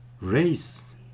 race